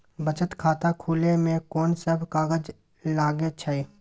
बचत खाता खुले मे कोन सब कागज लागे छै?